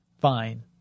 fine